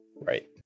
Right